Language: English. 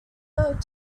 occurred